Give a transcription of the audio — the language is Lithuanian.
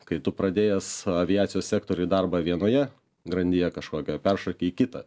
kai tu pradėjęs aviacijos sektoriuj darbą vienoje grandyje kažkokio peršoki į kitą